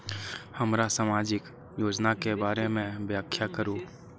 हमरा सामाजिक योजना के बारे में व्याख्या करु?